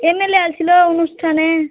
MLA এসছিলো অনুষ্ঠানে